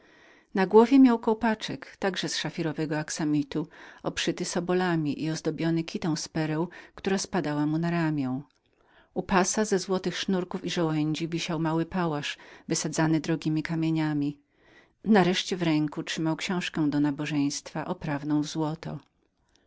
na głowie miał kołpaczek także z szafirowego aksamitu oszyty sobolami i ozdobiony kitą z pereł która spadała mu na ramię u pasa ze złotych sznurków i żołędzi wisiał mu mały pałasz wysadzany drogiemi kamieniami nareszcie w ręku trzymał książkę do nabożeństwa oprawną w złoto